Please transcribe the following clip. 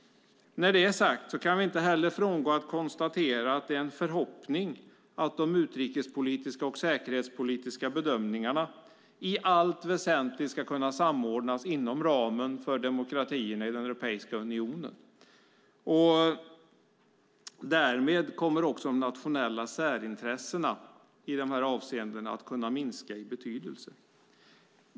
När detta är sagt kan vi inte heller frångå att konstatera att det är en förhoppning att de utrikespolitiska och säkerhetspolitiska bedömningarna i allt väsentligt ska kunna samordnas inom ramen för demokratin i Europeiska unionen. Därmed kommer också de nationella särintressena i dessa avseenden att kunna minska i betydelse.